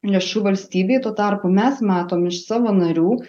lėšų valstybei tuo tarpu mes matom iš savo narių